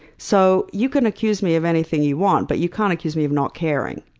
so you can accuse me of anything you want, but you can't accuse me of not caring.